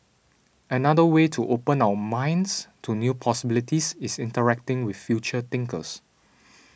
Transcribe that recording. another way to open our minds to new possibilities is interacting with future thinkers